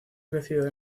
crecido